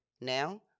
Now